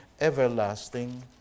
everlasting